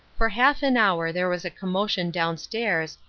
for half an hour there was a commotion downstairs,